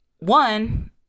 One